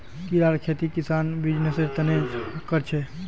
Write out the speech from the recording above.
कीड़ार खेती किसान बीजनिस्सेर तने कर छे